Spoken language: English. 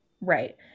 Right